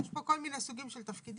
יש פה כל מיני סוגים של תפקידים,